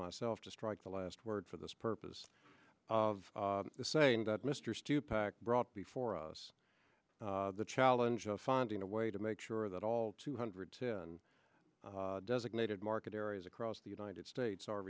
myself to strike the last word for this purpose of saying that mr stupak brought before us the challenge of finding a way to make sure that all two hundred ten designated market areas across the united states are